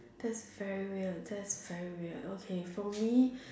that's very weird that's very weird okay for me